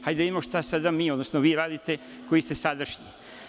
Hajde da vidimo šta sada mi, odnosno vi ovde radite koji ste sadašnji.